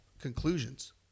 conclusions